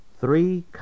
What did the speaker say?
Three